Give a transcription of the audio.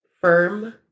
firm